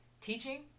teaching